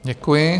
Děkuji.